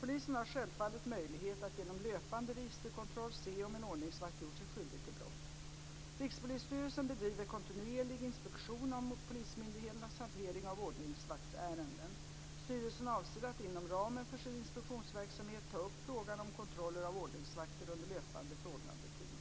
Polisen har självfallet möjlighet att genom löpande registerkontroll se om en ordningsvakt gjort sig skyldig till brott. Rikspolisstyrelsen bedriver kontinuerlig inspektion av polismyndigheternas hantering av ordningsvaktsärenden. Styrelsen avser att, inom ramen för sin inspektionsverksamhet, ta upp frågan om kontroller av ordningsvakter under löpande förordnandetid.